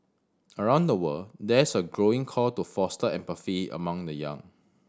around the world there's a growing call to foster empathy among the young